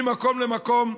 ממקום למקום,